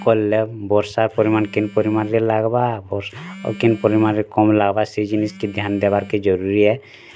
କଲେ ବର୍ଷା ପରିମାଣ କିନ୍ ପରିମାଣରେ ଲାଗବା ଆଉ କିନ୍ ପରିମାଣରେ କମ୍ ଲାଗବା ସେଇ ଜିନିଷ୍ କି ଧ୍ୟାନ ଦେବାର୍ କେ ଜରୁରୀ ଏ